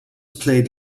played